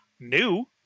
new